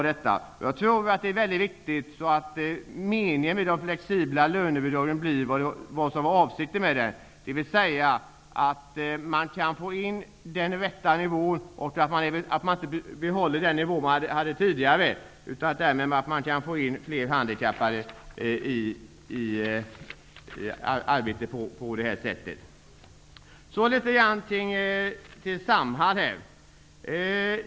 Det är mycket viktigt att de flexibla lönebidragen fungerar som avsett, dvs. att man får den rätta nivån och inte behåller den nivå som fanns tidigare. Därmed kan man få in fler handikappade i arbetslivet. Så till frågan om Samhall.